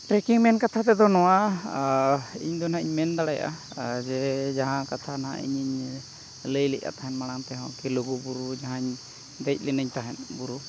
ᱛᱟᱹᱭ ᱠᱤ ᱢᱮᱱ ᱠᱟᱛᱷᱟ ᱛᱮᱫᱚ ᱱᱚᱣᱟ ᱟᱨ ᱤᱧᱫᱚ ᱱᱟᱦᱟᱜ ᱤᱧ ᱢᱮᱱ ᱫᱟᱲᱮᱭᱟᱜᱼᱟ ᱡᱮ ᱡᱟᱦᱟᱸ ᱠᱟᱛᱷᱟ ᱱᱟᱦᱟᱜ ᱤᱧᱤᱧ ᱞᱟᱹᱭ ᱞᱮᱫᱼᱟ ᱛᱟᱦᱮᱱ ᱢᱟᱲᱟᱝ ᱛᱮᱦᱚᱸ ᱠᱤ ᱞᱩᱜᱩᱼᱵᱩᱨᱩ ᱡᱟᱦᱟᱸᱧ ᱫᱮᱡ ᱞᱮᱱᱟ ᱛᱟᱦᱮᱸᱫ ᱵᱩᱨᱩ